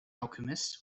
alchemist